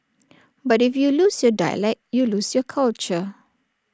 but if you lose your dialect you lose your culture